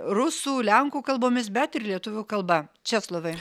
rusų lenkų kalbomis bet ir lietuvių kalba česlovai